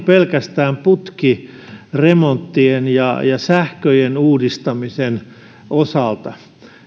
pelkästään putkiremonttien ja sähköjen uudistamisen osalta